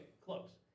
close